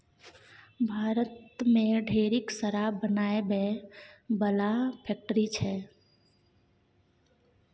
भारत मे ढेरिक शराब बनाबै बला फैक्ट्री छै